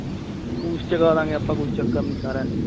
ਠੀਕ ਹੈ ਪੂੰਛ ਚਕਾਦਾਂਗੇ ਆਪਾਂ ਕੋਈ ਚੱਕਰ ਨਹੀਂ ਸਾਰਿਆਂ ਦੀ